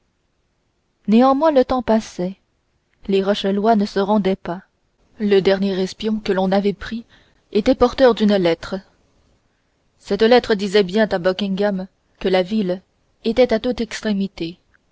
néanmoins le temps passait les rochelois ne se rendaient pas le dernier espion que l'on avait pris était porteur d'une lettre cette lettre disait bien à buckingham que la ville était à toute extrémité